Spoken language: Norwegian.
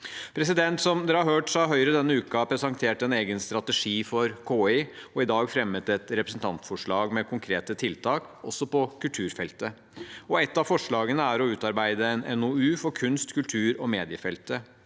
siste. Som dere har hørt, har Høyre denne uken presentert en egen strategi for KI og i dag fremmet et representantforslag med konkrete tiltak, også på kulturfeltet. Et av forslagene er å utarbeide en NOU for kunst-, kulturog mediefeltet.